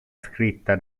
scritta